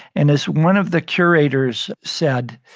and as one of the curators said,